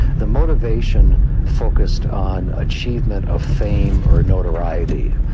the motivation focused on achievement of fame or notoriety,